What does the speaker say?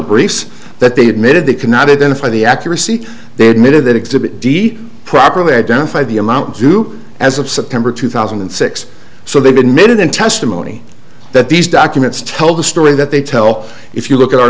briefs that they admitted they could not identify the accuracy they admitted that exhibit d properly identified the amount due as of september two thousand and six so they've admitted in testimony that these documents tell the story that they tell if you look at our